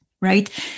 Right